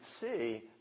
see